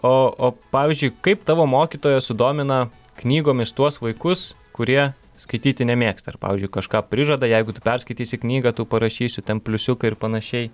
o o pavyzdžiui kaip tavo mokytoja sudomina knygomis tuos vaikus kurie skaityti nemėgsta ir pavyzdžiui kažką prižada jeigu tu perskaitysi knygą tau parašysiu ten pliusiuką ir panašiai